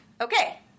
Okay